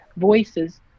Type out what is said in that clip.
voices